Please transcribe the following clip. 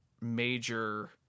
major